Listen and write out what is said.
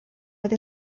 with